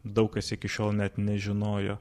daug kas iki šiol net nežinojo